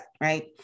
right